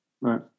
Right